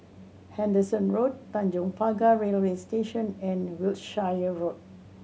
Henderson Road Tanjong Pagar Railway Station and Wiltshire Road